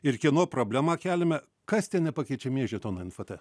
ir kieno problemą keliame kas tie nepakeičiamieji žetonai nft